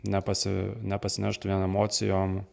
nepasi nepasineštų vien emocijom